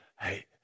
Hey